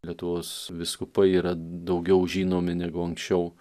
lietuvos vyskupai yra daugiau žinomi negu anksčiau